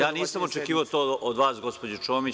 Ja nisam očekivao to od vas, gospođo Čomić.